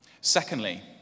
Secondly